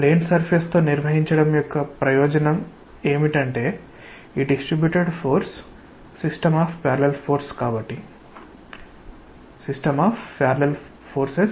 plane surface తో నిర్వహించడం యొక్క ప్రయోజనం ఏమిటంటే ఈ distributed force system of parallel forces